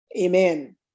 amen